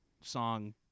song